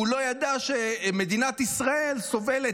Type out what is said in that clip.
והוא לא ידע שמדינת ישראל סובלת,